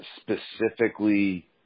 specifically